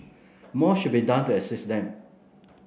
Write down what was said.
more should be done to assist them